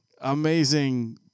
amazing